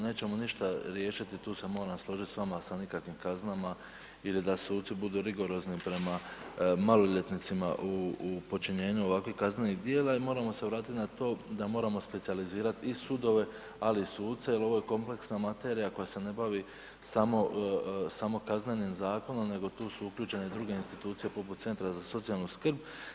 Nećemo ništa riješiti tu se moram složiti s vama, sa nikakvim kaznama ili da suci budu rigorozni prema maloljetnicima u počinjenu ovakvih kaznenih djela i moramo se vratiti na to da moramo specijalizirat i sudove, ali i suce jer ovo je kompleksna materija koja se ne bavi samo, samo kaznenim zakonom, nego tu su uključene i druge institucije poput centra za socijalnu skrb.